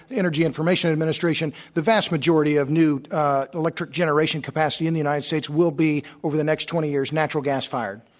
the energy information administration, the vast majority of new electric generation capacity in the united states will be, over the next twenty years, natural gas-fired.